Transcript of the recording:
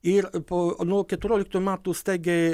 ir po nuo keturioliktų metų staigiai